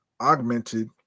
augmented